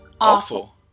Awful